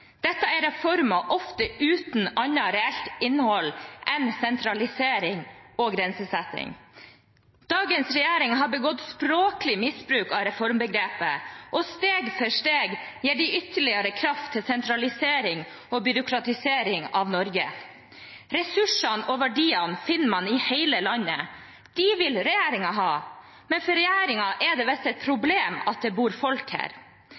Dette er reformer ofte uten annet reelt innhold enn sentralisering og grensesetting. Dagens regjering har begått språklig misbruk av reformbegrepet, og steg for steg gir de ytterligere kraft til sentralisering og byråkratisering av Norge. Ressursene og verdiene finner man i hele landet, de vil regjeringen ha, men for regjeringen er det visst et problem at det bor folk her,